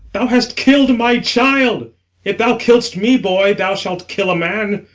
thou hast kill'd my child if thou kill'st me, boy, thou shalt kill a man.